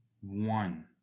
one